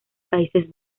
países